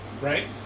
right